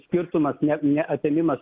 skirtumas ne ne atėmimas